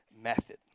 method